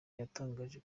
yatangaje